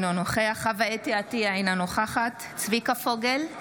אינו נוכח חוה אתי עטייה, אינה נוכחת צביקה פוגל,